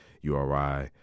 URI